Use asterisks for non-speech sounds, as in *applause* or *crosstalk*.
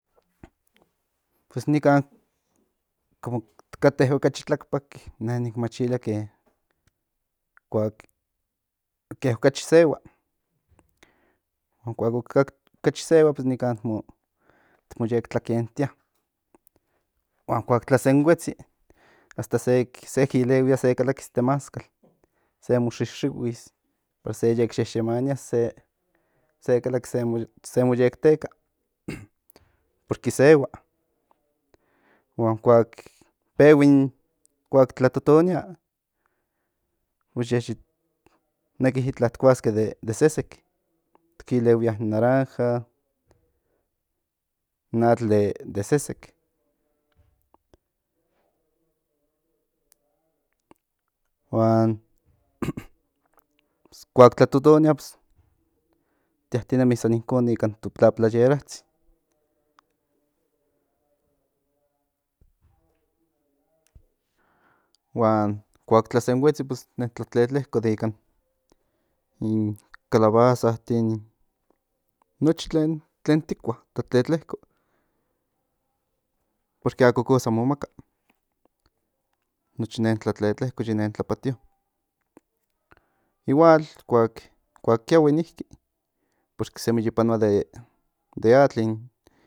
Pues in nikan komo ti kate okachi tlakpak me nik machilia ke kuak ke ocachi sehua huan kuak okachi sehua in nikan ti mo yek tlakentia huan kuak tlasenhuetsi hasta se kilehuia se kalakis temazcal se mo xixihuis para se yek yeyemania se kalli se mo yek teka porque sehua *noise* huan kuak pehui kuak tlatotonia neki ti kuaske itla de sesek kilehuia in naranja in atl de sesek *noise* huan kuak tlatotonia tiatinemi san incon ikan to plaplayeratsin *noise* huan kuak nen tlasenhuetsi nen tla tletleko de in calabazarin nochi tlen tikua tlatletleko porque ako kosa mo maka nochi tla tletleko nen tlapatio igual kuak kiahui niki porque semi yo panoa de atl in